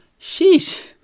Sheesh